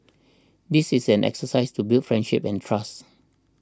this is an exercise to build friendship and trust